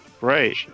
Right